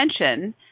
attention